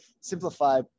simplify